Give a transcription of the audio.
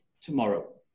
tomorrow